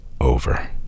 over